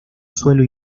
suelo